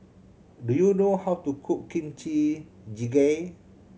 do you know how to cook Kimchi Jjigae